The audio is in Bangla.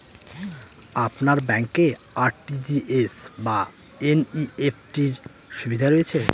আপনার ব্যাংকে আর.টি.জি.এস বা এন.ই.এফ.টি র সুবিধা রয়েছে?